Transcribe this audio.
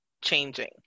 changing